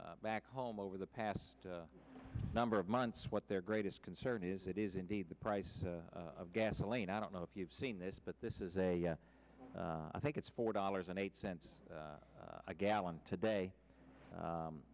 back home over the past number of months what their greatest concern is it is indeed the price of gasoline i don't know if you've seen this but this is a i think it's four dollars and eight cents a gallon today